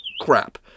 crap